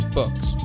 books